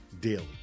daily